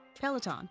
peloton